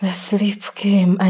ah sleep came, ah